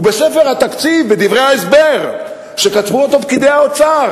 ובספר התקציב, בדברי ההסבר, שכתבו פקידי האוצר,